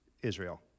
Israel